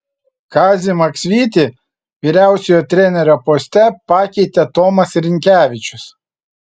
kazį maksvytį vyriausiojo trenerio poste pakeitė tomas rinkevičius